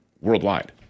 worldwide